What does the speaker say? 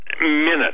minute